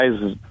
guys –